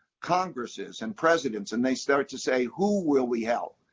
congresses and presidents and they start to say, who will we help,